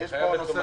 לדבר,